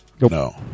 No